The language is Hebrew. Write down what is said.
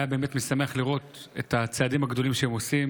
היה באמת משמח לראות את הצעדים הגדולים שהם עושים.